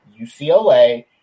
UCLA